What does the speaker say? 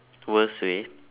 worst way